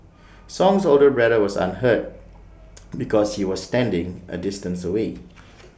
song's older brother was unhurt because he was standing A distance away